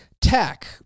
tech